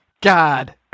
God